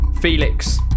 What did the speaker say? felix